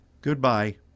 goodbye